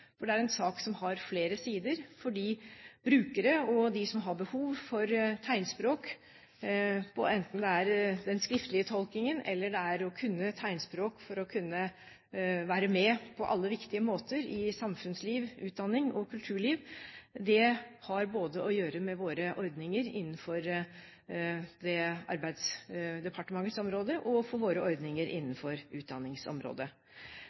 for Arbeidsdepartementets ansvarsområde som for Kunnskapsdepartementets og Kulturdepartementets område. Det er en sak som har flere sider, for det gjelder både brukere og andre som har behov for tegnspråk – enten det er den skriftlige tolkingen eller bruk av tegnspråk for å kunne være med på alle viktige områder i samfunnsliv, utdanning og kulturliv. Det har å gjøre både med Arbeidsdepartementets ordninger og med våre